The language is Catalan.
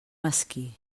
mesquí